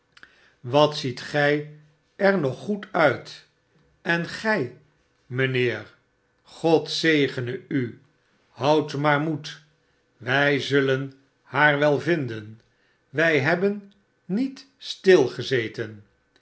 wat ziet gij er nog goed uit en gij mijn heer god zegene u houd maar moed wij zullen haar wel vinden wij hebben niet